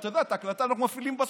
אתה יודע, את ההקלטה מפעילים בסוף.